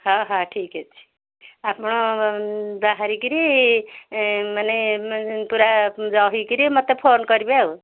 ହଁ ହଁ ଠିକ ଅଛି ଆପଣ ବାହାରିକରି ମାନେ ପୁରା ରହିକରି ମୋତେ ଫୋନ କରିବେ ଆଉ